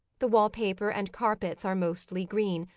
the wall paper and carpets are mostly green,